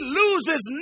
loses